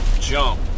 jump